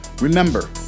Remember